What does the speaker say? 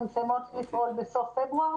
ומסיימות לפעול בסוף פברואר,